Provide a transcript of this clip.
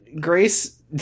Grace-